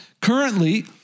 Currently